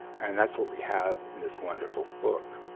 and that's what we have in this wonderful book.